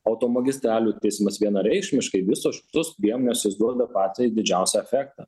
automagistralių tiesimas vienareikšmiškai visos šitos priemonės jos duoda patį didžiausią efektą